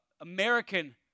American